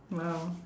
!wow!